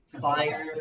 fire